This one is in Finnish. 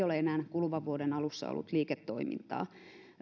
ole enää kuluvan vuoden alussa ollut liiketoimintaa